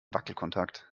wackelkontakt